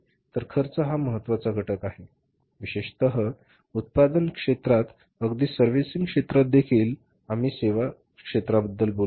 तर खर्च हा एक महत्वाचा घटक आहे विशेषत उत्पादन क्षेत्रात अगदी सर्व्हिसिंग क्षेत्रात देखील उदाहरणार्थ आम्ही सेवा क्षेत्राबद्दल बोलू